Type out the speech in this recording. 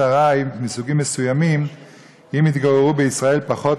ארעי מסוגים מסוימים אם התגוררו בישראל פחות